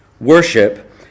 Worship